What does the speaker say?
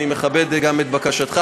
אני מכבד גם את בקשתך.